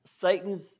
Satan's